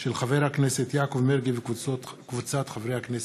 של חבר הכנסת יעקב מרגי וקבוצת חברי הכנסת.